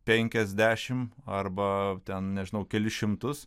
penkiasdešimt arba ten nežinau kelis šimtus